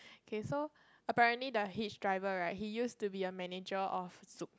okay so apparently the hitch driver right he used to be a manager of Zouk